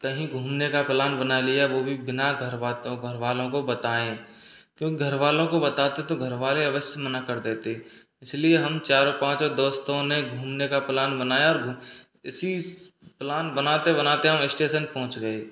कहीं घूमने का प्लान बना लिया वो भी बिना घर बातों घर वालों को बताएं क्योंकि घर वालों को बताते तो घर वाले अवश्य मना कर देते इसलिए हम चारों पाँचो दोस्तों ने घूमने का प्लान बनाया और इसी प्लान बनात बनाते हम स्टेशन पहुँच गए